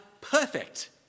perfect